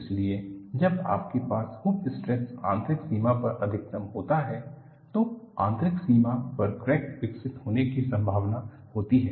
इसलिए जब आपके पास हूप स्ट्रेस आंतरिक सीमा पर अधिकतम होता है तो आंतरिक सीमा पर क्रैक विकसित होने की संभावना होती है